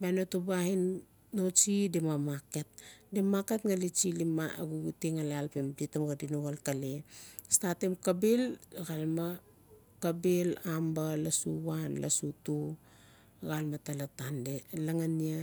bia no tuba ain noasti di mamaket di narket gali tsili xuxute gali aalpim di taman xadi no xalkale. Statim kabil xalme amba lossu one lossu two xalme tala tandis langania